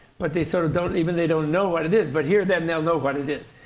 but they sort of don't even they don't know what it is. but here then, they'll know what it is.